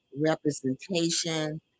representation